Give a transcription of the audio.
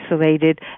isolated